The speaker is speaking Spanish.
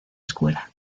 escuela